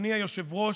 אדוני היושב-ראש,